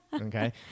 Okay